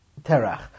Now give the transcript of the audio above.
Terach